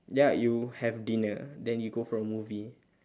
ya you have dinner then you go for a movie